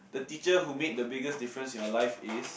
the teacher who made the biggest difference in your life is